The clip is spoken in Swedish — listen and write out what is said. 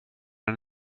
den